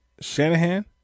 Shanahan